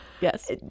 Yes